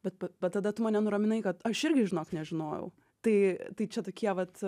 bet va tada tu mane nuraminai kad aš irgi žinok nežinojau tai tai čia tokie vat